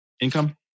income